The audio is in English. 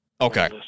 Okay